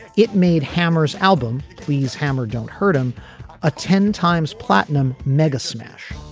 it made hammer's album please hammer don't hurt him a ten times platinum mega smash